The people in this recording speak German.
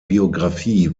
biografie